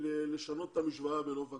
לשנות את המשוואה בנוף הגליל.